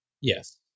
Yes